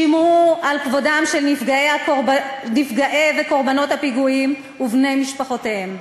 שמרו על כבודם של נפגעי וקורבנות הפיגועים ובני משפחותיהם.